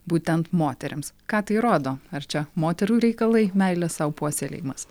būtent moterims ką tai rodo ar čia moterų reikalai meilės sau puoselėjimas